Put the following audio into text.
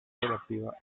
relativa